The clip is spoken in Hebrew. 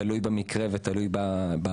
תלוי במקרה ובאדם.